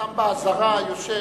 אדם באזהרה יושב.